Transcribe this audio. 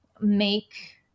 make